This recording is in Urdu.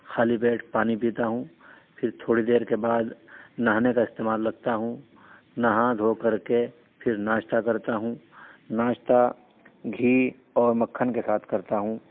خالی پیٹ پانی پیتا ہوں پھر تھوڑی دیر کے بعد نہانے کا استعمال لگتا ہوں نہا دھو کر کے پھر ناشتہ کرتا ہوں ناشتہ گھی اور مکھن کے ساتھ کرتا ہوں